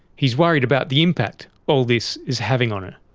he's worried about the impact all this is having on her.